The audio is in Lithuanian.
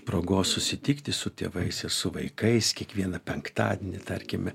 progos susitikti su tėvais ir su vaikais kiekvieną penktadienį tarkime